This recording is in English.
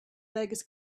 legs